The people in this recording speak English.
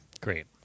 Great